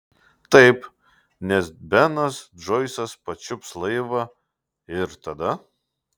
taip nes benas džoisas pačiups laivą ir tada